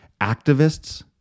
activists